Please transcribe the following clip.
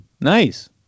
Nice